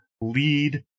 lead